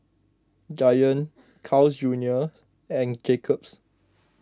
Giant Carl's Junior and Jacob's